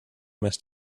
must